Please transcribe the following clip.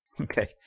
Okay